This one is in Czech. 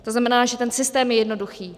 To znamená, že ten systém je jednoduchý.